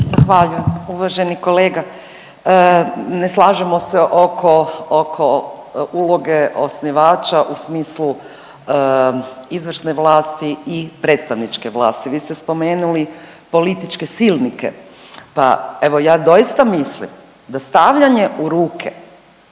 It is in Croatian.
Zahvaljujem. Uvaženi kolega ne slažemo se oko uloge osnivača u smislu izvršne vlasti i predstavničke vlasti. Vi ste spomenuli političke silnike, pa evo ja doista mislim da stavljanje u ruke